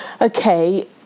Okay